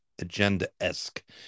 agenda-esque